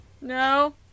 No